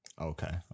Okay